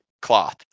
cloth